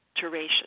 duration